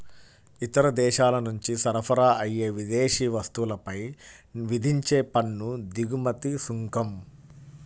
ఇతర దేశాల నుంచి సరఫరా అయ్యే విదేశీ వస్తువులపై విధించే పన్ను దిగుమతి సుంకం